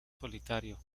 solitario